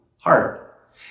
heart